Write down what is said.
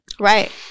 Right